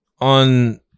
on